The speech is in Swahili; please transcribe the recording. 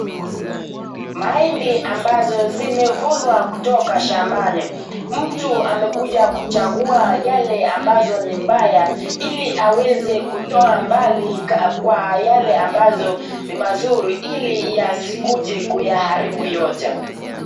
Mahindi ambazo zimevunwa kutoka shambani. Mtu amekuja kuchagua yale ambazo ni mbaya ili aweze kutoa mbali kwa yale ambazo ni mazuri ili yasikuje kuyaharibu yote.